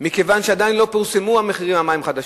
מכיוון שעדיין לא פורסמו מחירי המים החדשים,